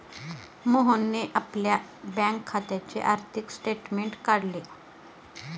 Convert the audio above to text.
मोहनने आपल्या बँक खात्याचे आर्थिक स्टेटमेंट काढले